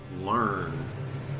learn